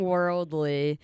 Worldly